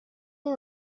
and